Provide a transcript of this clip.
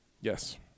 Yes